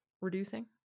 reducing